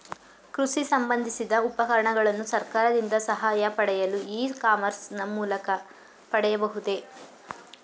ಕೃಷಿ ಸಂಬಂದಿಸಿದ ಉಪಕರಣಗಳನ್ನು ಸರ್ಕಾರದಿಂದ ಸಹಾಯ ಪಡೆಯಲು ಇ ಕಾಮರ್ಸ್ ನ ಮೂಲಕ ಪಡೆಯಬಹುದೇ?